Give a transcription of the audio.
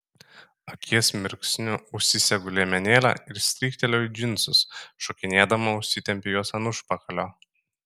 akies mirksniu užsisegu liemenėlę ir strykteliu į džinsus šokinėdama užsitempiu juos ant užpakalio